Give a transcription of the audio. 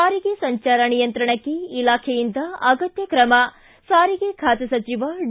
ಸಾರಿಗೆ ಸಂಚಾರ ನಿಯಂತ್ರಣಕ್ಕೆ ಇಲಾಖೆಯಿಂದ ಅಗತ್ಯ ಕ್ರಮ ಸಾರಿಗೆ ಖಾತೆ ಸಚಿವ ಡಿ